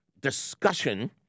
discussion